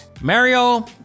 Mario